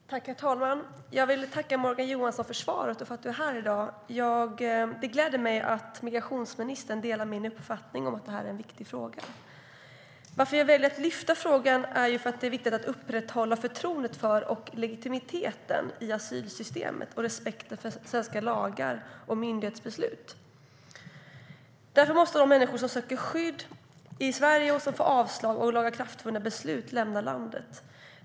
Herr talman! Jag vill tacka Morgan Johansson för svaret och för att han är här i dag. Det gläder mig att migrationsministern delar min uppfattning att det här är en viktig fråga. Jag väljer att lyfta fram frågan för att det är viktigt att upprätthålla förtroendet för och legitimiteten i asylsystemet och respekten för svenska lagar och myndighetsbeslut. Därför måste de människor som söker skydd i Sverige och som får avslag och lagakraftvunna beslut lämna landet.